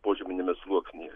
požeminiame sluoksnyje